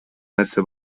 нерсе